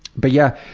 but yeah,